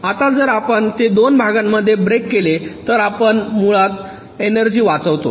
आता जर आपण ते 2 भागांमध्ये ब्रेक केले तर आपण मूलत एनर्जी वाचवतो